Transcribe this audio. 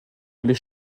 les